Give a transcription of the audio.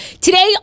Today